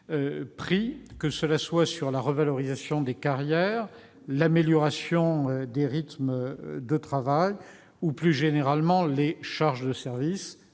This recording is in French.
pris en matière de revalorisation des carrières, d'amélioration des rythmes de travail et, plus généralement, de charges de service,